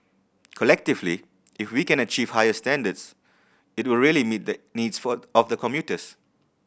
collectively if we can achieve higher standards it will really meet the needs for of the commuters